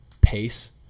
pace